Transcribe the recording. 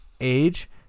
age